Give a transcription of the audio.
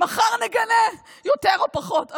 מחר נגנה יותר או פחות,